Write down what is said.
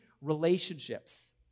relationships